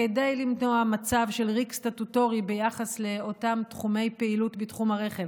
כדי למנוע מצב של ריק סטטוטורי ביחס לאותם תחומי פעילות בתחום הרכב